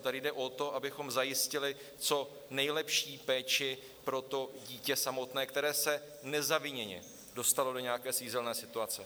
Tady jde o to, abychom zajistili co nejlepší péči pro to dítě samotné, které se nezaviněně dostalo do nějaké svízelné situace.